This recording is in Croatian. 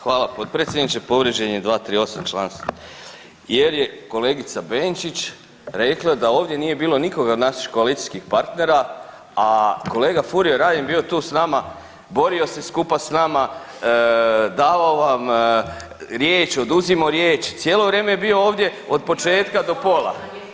Hvala potpredsjedniče, povrijeđen je 238. članak jer je kolegica Benčić rekla da ovdje nije bilo nikoga od naših koalicijskih partnera, a kolega Furio Radin je bio tu s nama, borio se skupa s nama, davao vam riječ, oduzimao riječ, cijelo vrijeme je bio ovdje otpočetka do pola